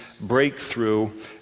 breakthrough